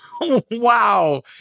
Wow